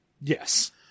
Yes